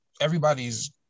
everybody's